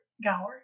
gallery